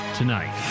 tonight